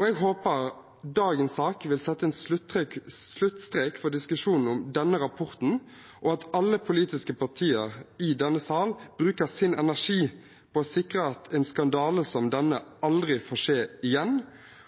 Jeg håper dagens sak vil sette en sluttstrek for diskusjonen om denne rapporten, at alle politiske partier i denne sal bruker sin energi på å sikre at en skandale som denne aldri får skje igjen,